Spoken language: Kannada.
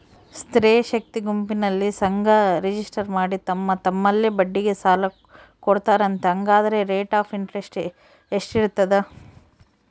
ಸ್ತ್ರೇ ಶಕ್ತಿ ಗುಂಪಿನಲ್ಲಿ ಸಂಘ ರಿಜಿಸ್ಟರ್ ಮಾಡಿ ತಮ್ಮ ತಮ್ಮಲ್ಲೇ ಬಡ್ಡಿಗೆ ಸಾಲ ಕೊಡ್ತಾರಂತೆ, ಹಂಗಾದರೆ ರೇಟ್ ಆಫ್ ಇಂಟರೆಸ್ಟ್ ಎಷ್ಟಿರ್ತದ?